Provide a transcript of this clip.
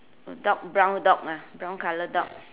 dark brown dog ah brown color dog